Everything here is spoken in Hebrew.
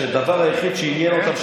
שהדבר היחיד שעניין אותם,